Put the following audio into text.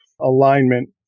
alignment